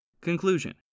Conclusion